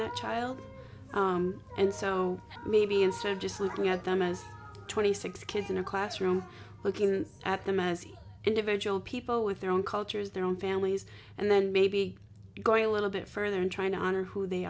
a child and so maybe instead of just looking at them as twenty six kids in a classroom looking at them as individual people with their own cultures their own families and then maybe going a little bit further and trying to honor who they